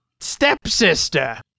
stepsister